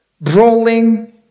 brawling